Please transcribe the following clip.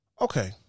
Okay